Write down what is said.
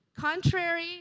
contrary